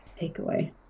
takeaway